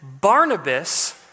Barnabas